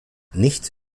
nicht